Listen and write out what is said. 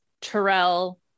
Terrell